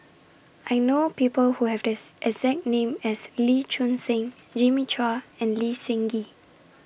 I know People Who Have This exact name as Lee Choon Seng Jimmy Chua and Lee Seng Gee